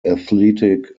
athletic